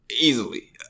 easily